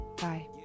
Bye